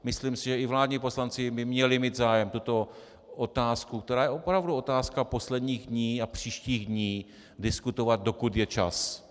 Myslím si, že i vládní poslanci by měli mít zájem tuto otázku, která je opravdu otázkou posledních dní a příštích dní, diskutovat, dokud je čas.